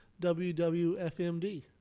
WWFMD